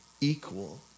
equal